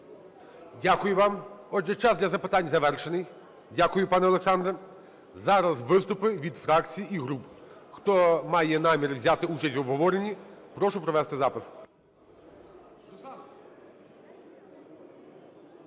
Дякую вам. Отже, час для запитань завершений. Дякую, пане Олександр. Зараз виступи від фракцій і груп. Хто має намір взяти участь в обговоренні, прошу провести запис.